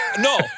No